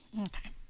Okay